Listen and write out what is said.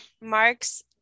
Mark's